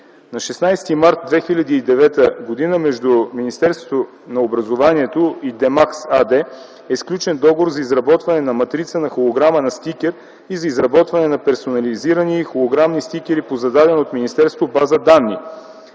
На 16 март 2009 г. между Министерството на образованието, младежта и науката и „Демакс” АД е сключен договор за изработване на матрица на холограма на стикер и за изработване на персонализирани холограмни стикери по зададена от министерството база данни.